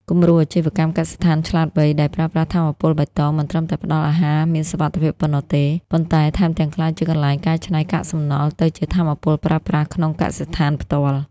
គំរូអាជីវកម្ម "កសិដ្ឋានឆ្លាតវៃ" ដែលប្រើប្រាស់ថាមពលបៃតង មិនត្រឹមតែផ្ដល់អាហារមានសុវត្ថិភាពប៉ុណ្ណោះទេ ប៉ុន្តែថែមទាំងក្លាយជាកន្លែងកែច្នៃកាកសំណល់ទៅជាថាមពលប្រើប្រាស់ក្នុងកសិដ្ឋានផ្ទាល់។